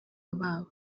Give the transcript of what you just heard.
babo